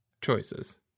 choices